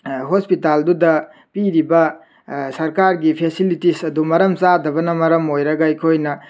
ꯍꯣꯁꯄꯤꯇꯥꯜꯗꯨꯗ ꯄꯤꯔꯤꯕ ꯁꯔꯀꯥꯔꯒꯤ ꯐꯦꯁꯤꯂꯤꯇꯤꯁ ꯑꯗꯨ ꯃꯔꯝ ꯆꯥꯗꯕꯅ ꯃꯔꯝ ꯑꯣꯏꯔꯒ ꯑꯩꯈꯣꯏꯅ